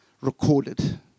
recorded